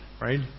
right